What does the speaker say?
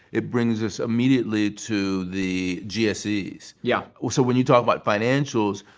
it brings us immediately to the gses. yeah oh, so when you talk about financials,